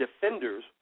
defenders